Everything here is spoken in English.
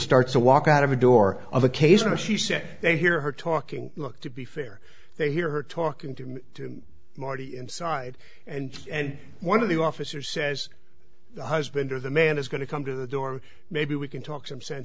starts to walk out of the door of the case and she said they hear her talking look to be fair they hear her talking to marty inside and and one of the officer says the husband or the man is going to come to the door maybe we can talk some sen